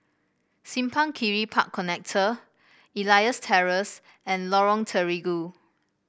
Simpang Kiri Park Connector Elias Terrace and Lorong Terigu